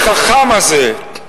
החכם הזה,